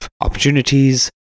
opportunities